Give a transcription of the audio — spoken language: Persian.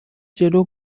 جلو